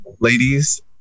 ladies